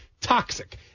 toxic